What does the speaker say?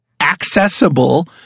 accessible